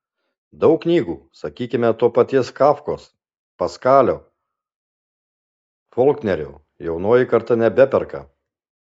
daug knygų sakykime to paties kafkos paskalio folknerio jaunoji karta nebeperka